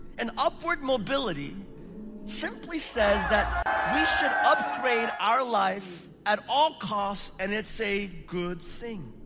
and upward mobility simply says that, we should upgrade our life at all costs, and it's a good thing.